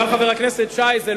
אבל, חבר הכנסת שי, אמרתי את זה?